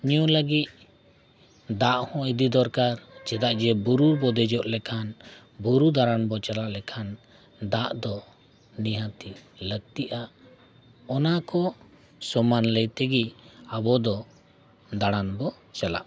ᱧᱩ ᱞᱟᱹᱜᱤᱫ ᱫᱟᱜ ᱦᱚᱸ ᱤᱫᱤ ᱫᱚᱨᱠᱟᱨ ᱪᱮᱫᱟᱜ ᱡᱮ ᱵᱩᱨᱩ ᱵᱚᱫᱮᱡᱚᱜ ᱞᱮᱠᱷᱟᱱ ᱵᱩᱨᱩ ᱫᱟᱬᱟᱱ ᱵᱚ ᱪᱟᱞᱟᱜ ᱞᱮᱠᱷᱟᱱ ᱫᱟᱜ ᱫᱚ ᱱᱤᱦᱟᱹᱛᱤ ᱞᱟᱹᱠᱛᱤᱜᱼᱟ ᱚᱱᱟ ᱠᱚ ᱥᱟᱢᱟᱱ ᱞᱟᱹᱭ ᱛᱮᱜᱮ ᱟᱵᱚ ᱫᱚ ᱫᱟᱬᱟᱱ ᱵᱚ ᱪᱟᱞᱟᱜ ᱢᱟ